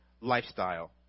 lifestyle